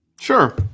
Sure